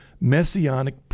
messianic